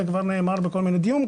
זה כבר נאמר בכל מיני דיונים,